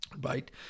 right